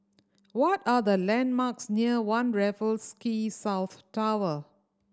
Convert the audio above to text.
what are the landmarks near One Raffles Quay South Tower